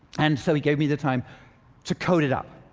and so he gave me the time to code it up.